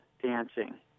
dancing